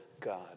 God